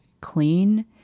clean